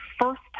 first